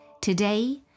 Today